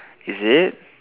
is it